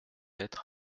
être